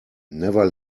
never